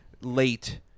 late